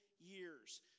years